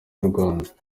rwanda